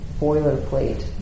boilerplate